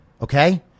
Okay